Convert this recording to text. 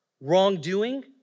wrongdoing